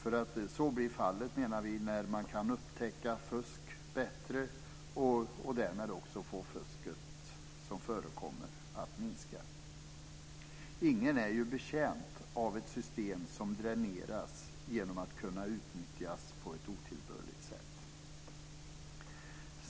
Så blir nämligen fallet, menar vi, när man kan upptäcka fusk bättre och därmed också få det fusk som förekommer att minska. Ingen är ju betjänt av ett system som dräneras genom att kunna utnyttjas på ett otillbörligt sätt.